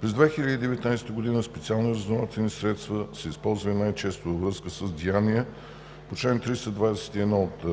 През 2019 г. специални разузнавателни средства са използвани най-често във връзка с деяния по чл. 321 от